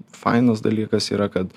fainas dalykas yra kad